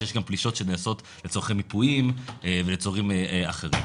שיש גם פלישות שנעשות לצרכי מיפויים ולצרכים אחרים.